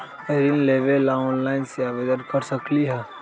ऋण लेवे ला ऑनलाइन से आवेदन कर सकली?